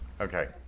Okay